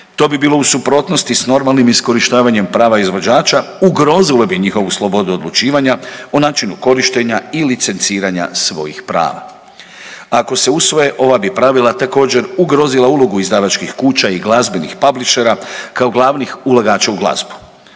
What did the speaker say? To bi bilo u suprotnosti sa normalnim iskorištavanjem prava izvođača, ugrozilo bi njihovu slobodu odlučivanja, o načinu korištenja i licenciranja svojih prava.“ Ako se usvoje ova bi pravila također ugrozila ulogu izdavačkih kuća i glazbenih publishera kao glavnih ulagača u glazbu.